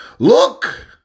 Look